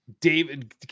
David